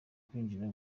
kwinjira